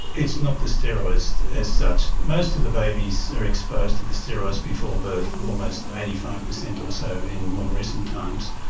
it's not the steroids as such. most of the babies are exposed to the steroids before birth, almost eighty five percent or so in more recent times,